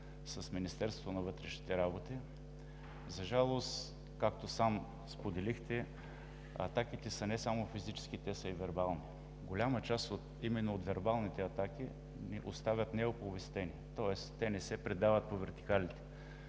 с Министерството на вътрешните работи. За жалост, както сам споделихте, атаките са не само физически, те са и вербални. Голяма част именно от вербалните атаки остават неоповестени, тоест те не се предават по вертикалата,